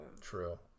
True